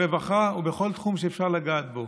ברווחה ובכל תחום שאפשר לגעת בו.